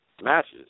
matches